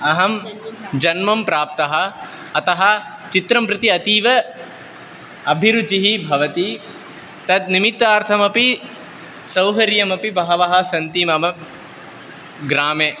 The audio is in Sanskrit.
अहं जन्मं प्राप्तः अतः चित्रं प्रति अतीव अभिरुचिः भवति तत् निमित्तार्थमपि सौकर्यमपि बहवः सन्ति मम ग्रामे